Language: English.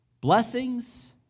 blessings